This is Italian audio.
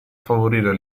favorire